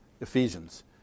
Ephesians